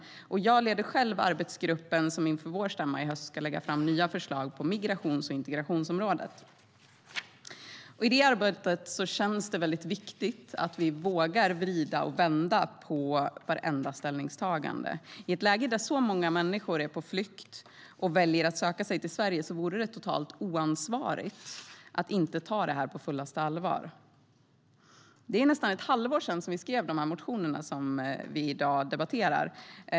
Jag leder själv arbetsgruppen som inför vår stämma i höst ska lägga fram nya förslag på migrations och integrationsområdet. I det arbetet är det väldigt viktigt att vi vågar vrida och vända på vartenda ställningstagande. I ett läge där så många människor är på flykt och väljer att söka sig till Sverige vore det totalt oansvarigt att inte ta det här på fullaste allvar. Det är ju nästan ett halvår sedan som vi skrev de motioner som vi i dag behandlar.